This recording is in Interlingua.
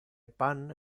pan